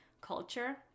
culture